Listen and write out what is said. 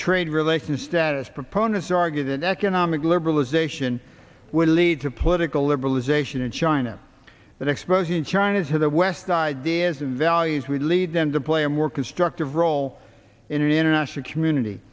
trade relations that is proponents argue that economic liberalization will lead to political liberalization in china that exposing china to the west ideas and values would lead them to play a more constructive role in an international community